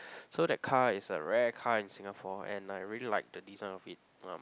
so that car is a rare car in Singapore and I really like the design of it um